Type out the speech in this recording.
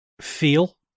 feel